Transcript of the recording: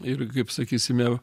ir kaip sakysime